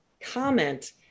comment